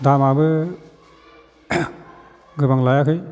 दामाबो गोबां लायाखै